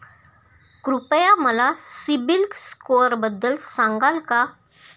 कृपया मला सीबील स्कोअरबद्दल सांगाल का?